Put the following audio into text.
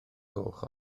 goch